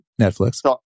Netflix